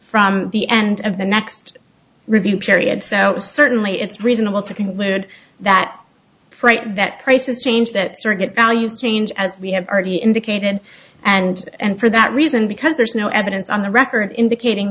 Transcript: from the end of the next review period south certainly it's reasonable to conclude that freight that prices change that sort values change as we have already indicated and and for that reason because there's no evidence on the record indicating